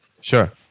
Sure